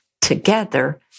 together